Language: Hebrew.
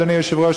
אדוני היושב-ראש,